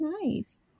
nice